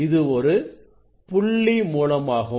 இது ஒரு புள்ளி மூலமாகும்